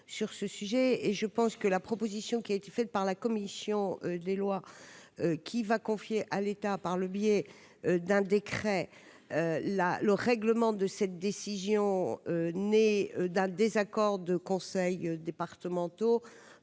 je pense que la proposition qui a été fait par la commission des lois qui va confier à l'État par le biais d'un décret la le règlement de cette décision, né date désaccord de conseils départementaux